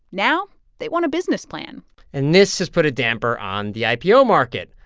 now they want a business plan and this has put a damper on the ipo market.